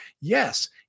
Yes